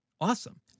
awesome